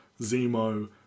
Zemo